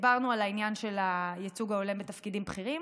דיברנו על העניין של הייצוג ההולם בתפקידים בכירים,